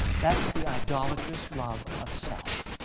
that's the idolatrous love of self.